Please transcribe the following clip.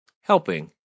helping